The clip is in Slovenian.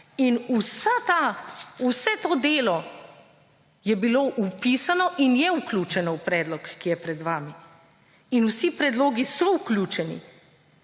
In vse to delo je bilo vpisano in je vključeno v predlog, ki je pred vami. In vsi predlogi so vključeni.